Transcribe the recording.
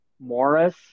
Morris